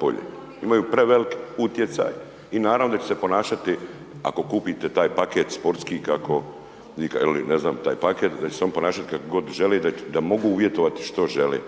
polje. Imaju prevelik utjecaj i naravno da će se ponašati ako kupite taj paket sportski kako ili ne znam taj paket da će se on ponašati kako god želi da mogu uvjetovati što žele.